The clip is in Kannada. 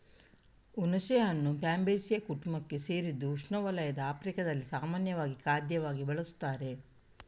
ಹುಣಸೆಹಣ್ಣು ಫ್ಯಾಬೇಸೀ ಕುಟುಂಬಕ್ಕೆ ಸೇರಿದ್ದು ಉಷ್ಣವಲಯದ ಆಫ್ರಿಕಾದಲ್ಲಿ ಸಾಮಾನ್ಯ ಖಾದ್ಯವಾಗಿ ಬಳಸುತ್ತಾರೆ